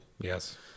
Yes